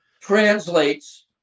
translates